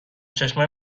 چشمای